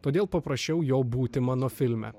todėl paprašiau jo būti mano filme